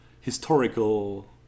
historical